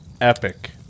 epic